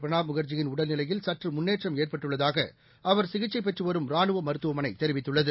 பிரணாப் முகர்ஜியின் உடல்நிலையில் சற்றுமுன்னேற்றம் ஏற்பட்டுள்ளதாகஅவர் சிகிச்சைபெற்றுவரும் ரானுவமருத்துவமனைதெரிவித்துள்ளது